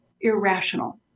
irrational